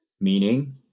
meaning